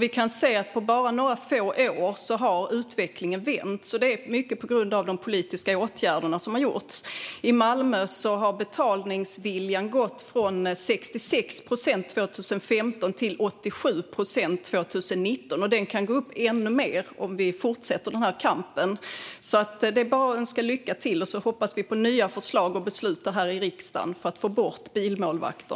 Vi kan se att utvecklingen har vänt på bara några få år, mycket på grund av de politiska åtgärder som har vidtagits. I Malmö har betalningsviljan gått från 66 procent 2015 till 87 procent 2019, och den kan gå upp ännu mer om vi fortsätter den här kampen. Det är bara att önska lycka till. Vi hoppas på nya förslag och beslut här i riksdagen för att få bort bilmålvakterna.